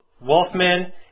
Wolfman